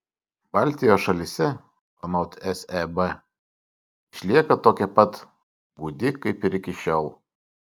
baltijos šalyse anot seb išlieka tokia pat gūdi kaip ir iki šiol